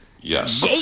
Yes